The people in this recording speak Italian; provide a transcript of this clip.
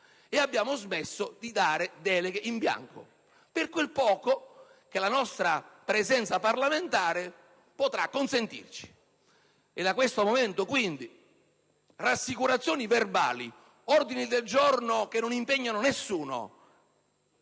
quindi smesso di dare deleghe in bianco, per quel poco che la nostra presenza parlamentare potrà consentirci. Da questo momento, quindi, basta con rassicurazioni verbali, ordini del giorno che non impegnano nessuno